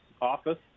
office